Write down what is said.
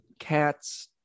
Cats